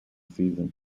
season